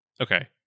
Okay